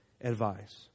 advice